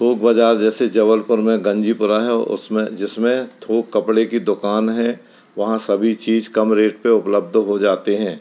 थोक बज़ार जैसे जबलपुर में गंजीपुरा है उसमें जिसमें थोक कपड़े की दुकानें हैं वहाँ सभी चीज़ कम रेट पर उपलब्ध हो जाते हैं